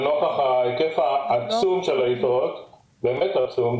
לנוכח היקף העצום של היתרות - באמת עצום,